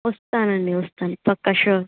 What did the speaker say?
వస్తాను అండి వస్తాను పక్కా షూర్